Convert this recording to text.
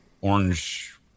orange